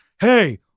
Hey